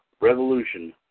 revolution